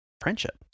friendship